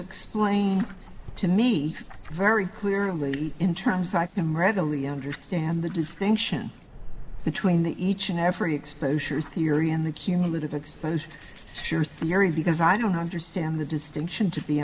explain to me very clearly in terms i can readily understand the distinction between the each and every exposure theory and the cumulative exposure to your theory because i don't understand the distinction to be